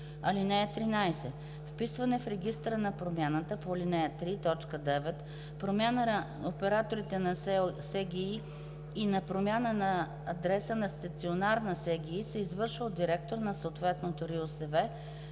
му. (13) Вписване в регистъра на промяна по ал. 3, т. 9, промяна на оператора на СГИ и на промяна на адреса на стационарна СГИ се извършва от директора на съответната РИОСВ